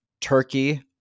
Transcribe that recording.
Turkey